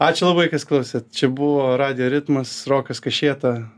ačiū labai kas klausėt čia buvo radijo ritmas rokas kašėta